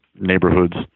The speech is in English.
neighborhoods